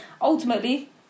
Ultimately